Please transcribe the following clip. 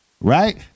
right